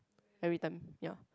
every time ya